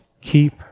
keep